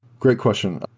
great question.